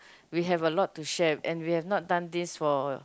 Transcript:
we have a lot to share and we have not done this for